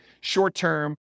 short-term